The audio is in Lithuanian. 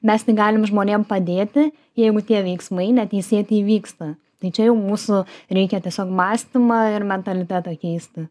mes tik galim žmonėm padėti jeigu tie veiksmai neteisėti įvyksta tai čia jau mūsų reikia tiesiog mąstymą ir mentalitetą keisti